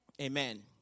Amen